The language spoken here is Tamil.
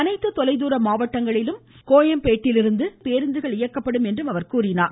அனைத்து தொலைதூர மாவட்டங்களிலும் கோயம்பேட்டிலிருந்து பேருந்துகள் இயக்கப்படும் என்றார்